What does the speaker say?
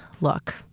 look